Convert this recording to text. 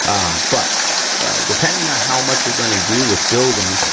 um but depending on how much you're gonna do with building,